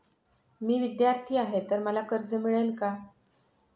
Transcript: मी विद्यार्थी आहे तर मला कर्ज मिळेल का?